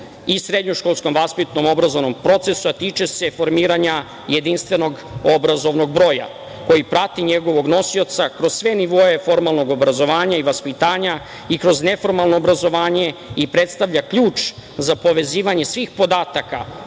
i srednjoškolskom vaspitno-obrazovnom procesu, a tiče se formiranja jedinstvenog obrazovnog broja koji prati njegovog nosioca kroz sve nivoe formalnog obrazovanja i vaspitanja i kroz neformalno obrazovanje i predstavlja ključ za povezivanje svih podataka